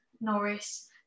Norris